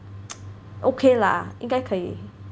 okay lah 应该可以